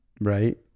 Right